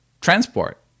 transport